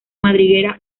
madriguera